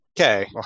Okay